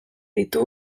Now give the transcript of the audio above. ditu